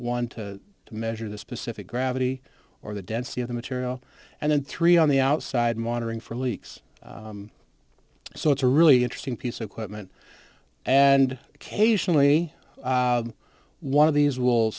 one to measure the specific gravity or the density of the material and then three on the outside monitoring for leaks so it's a really interesting piece of equipment and occasionally one of these will